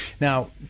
Now